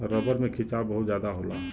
rubber में खिंचाव बहुत जादा होला